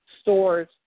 store's